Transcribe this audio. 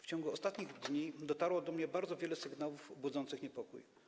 W ciągu ostatnich dni dotarło do mnie bardzo wiele sygnałów budzących niepokój.